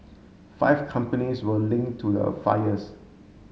five companies were link to the fires